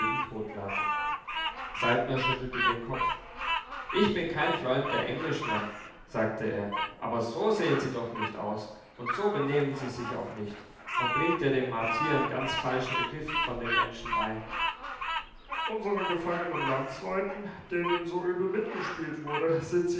totlachen saltner schüttelte den kopf ich bin kein freund der englishmen sagte er aber so sehen sie doch nicht aus und so benehmen sie sich auch nicht man bringt ja den martiern ganz falsche begriffe von den menschen bei unseren gefangenen landsleuten denen so übel mitgespielt wurde sind